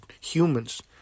humans